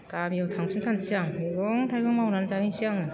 गामियाव थांफिनथारनोसै आं मैगं थाइगं मावनानै जाहैनोसै आं